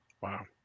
Wow